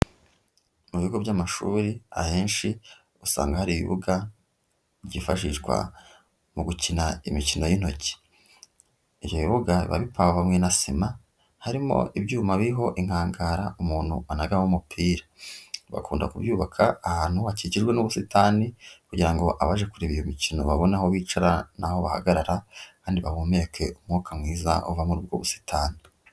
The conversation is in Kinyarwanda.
Mu bigo by'amashuri ahenshi usanga hari ibibuga byifashishwa mu gukina imikino y'intoki. Ibyo bibuga biba bipavomwe na sima harimo ibyuma biriho inkangara umuntu anagamo umupira. Bakunda kubyubaka ahantu hakikijwe n'ubusitani kugira ngo abaje kureba iyo mikino babone aho bicara n'aho bahagarara kandi bahumeke umwuka mwiza uva muri ubwo busitani.